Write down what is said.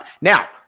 Now